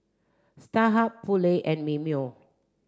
Starhub Poulet and Mimeo